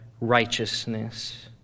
righteousness